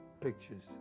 pictures